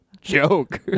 Joke